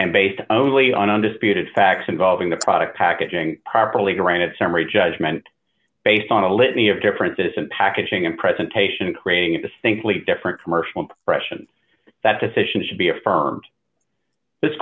and based only on undisputed facts involving the product packaging properly granted summary judgment based on a litany of differences in packaging and presentation creating a distinctly different commercial pression that decision should be affirmed th